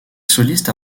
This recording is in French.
solistes